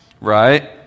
right